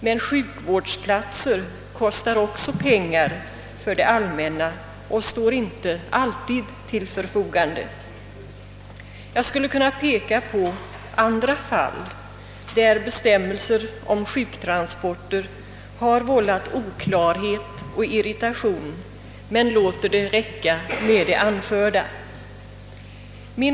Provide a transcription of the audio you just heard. Men sjukvårdsplatser kostar också pengar för det allmänna och står inte alltid till förfogande. Jag skulle kunna peka på andra fall där bestämmelser om sjuktransporter har vållat oklarhet och irritation, men jag låter det räcka med det anförda.